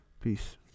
Peace